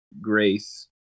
grace